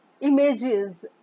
images